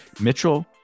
Mitchell